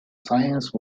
science